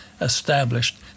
established